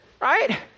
right